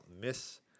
miss